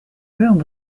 room